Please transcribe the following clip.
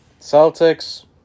Celtics